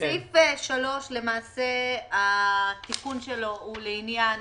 סעיף 3, למעשה התיקון שלו הוא לעניין